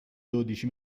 dodici